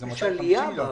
זה 250 מיליון.